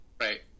right